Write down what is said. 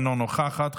אינה נוכחת,